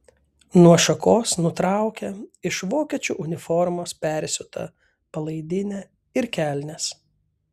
nuo šakos nutraukia iš vokiečių uniformos persiūtą palaidinę ir kelnes